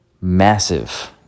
massive